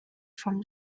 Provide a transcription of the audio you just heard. from